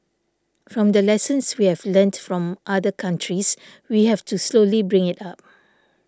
from the lessons we have learnt from other countries we have to slowly bring it up